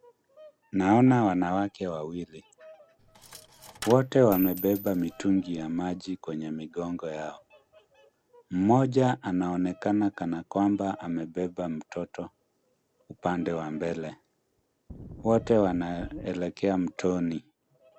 Naona wanawake wawili, wote wamebeba mitungi ya maji kwenye migongo yao. Mmoja, anaonekana kama kwamba amebeba mtoto upande wa mbele, wote wanaelekea mtoni.